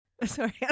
Sorry